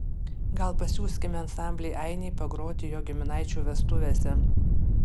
gal pasiųskime ansamblį ainiai pagroti jo giminaičių vestuvėse